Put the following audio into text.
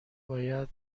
باید